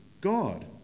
God